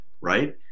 right